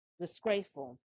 disgraceful